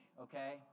okay